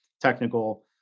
technical